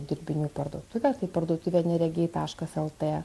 dirbinių parduotuvę tai parduotuvė neregiai taškas lt